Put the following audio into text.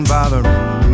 Bothering